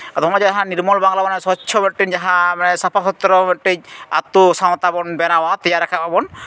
ᱟᱫᱚ ᱱᱚᱜᱼᱚᱭ ᱡᱟᱦᱟᱸ ᱱᱤᱨᱢᱚᱞ ᱵᱟᱝᱞᱟ ᱢᱟᱱᱮ ᱥᱚᱪᱪᱷᱚ ᱡᱟᱦᱟᱸ ᱥᱟᱯᱷᱟ ᱥᱩᱛᱨᱚ ᱢᱤᱫᱴᱤᱱ ᱟᱹᱛᱩ ᱥᱟᱶᱛᱟᱵᱚᱱ ᱵᱮᱱᱟᱣᱟ ᱛᱮᱭᱟᱨ ᱨᱟᱠᱟᱵ ᱢᱟᱵᱚᱱ